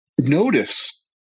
notice